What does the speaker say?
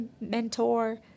mentor